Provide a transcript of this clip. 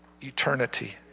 eternity